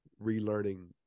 relearning